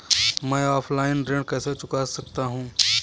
मैं ऑफलाइन ऋण कैसे चुका सकता हूँ?